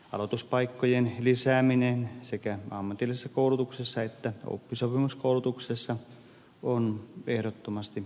aloituspaikkojen lisääminen sekä ammatillisessa koulutuksessa että oppisopimuskoulutuksessa on ehdottomasti hyvä toimenpide